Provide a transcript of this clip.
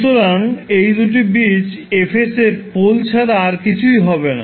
সুতরাং এই দুটি বীজ 𝐹 𝑠 এর পোল ছাড়া আর কিছুই হবে না